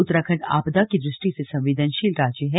उत्तराखण्ड आपदा की दृष्टि से संवेदनशील राज्य है